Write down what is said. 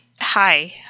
Hi